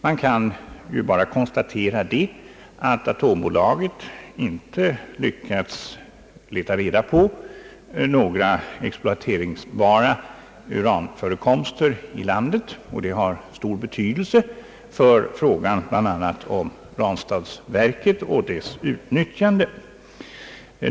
Man kan bara konstatera att AB Atomenergi inte lyckats leta reda på några exploateringsbara uranförekomster i landet. ändock har dessa stor betydelse bl.a. för frågan om Ranstadsverket och dess utnyttjande.